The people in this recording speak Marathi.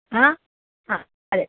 हां हां चालेल